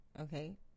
Okay